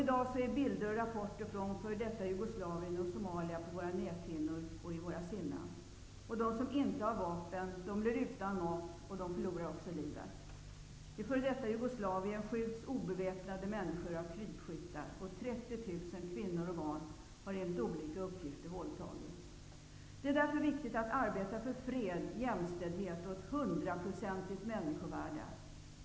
I dag är bilder och rapporter från före detta Jugoslavien och Somalia på våra näthinnor och i våra sinnen. De som inte har vapen blir utan mat och förlorar också livet. I det före detta Jugoslavien skjuts obeväpnade människor av krypskyttar. 30 000 kvinnor och barn har enligt olika uppgifter våldtagits. Det är därför viktigt att arbeta för fred, jämställdhet och ett hundraprocentigt människovärde.